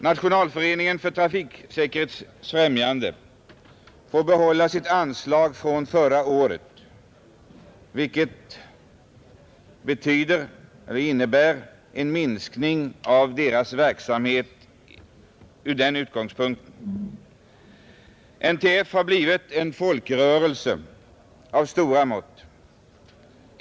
Nationalföreningen för trafiksäkerhetens främjande föreslås nu få ett från förra året oförändrat anslag, vilket i realiteten innebär en minskning av organisationens möjligheter att bedriva sin verksamhet. NTF har blivit en folkrörelse av stora mått.